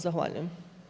Zahvaljujem.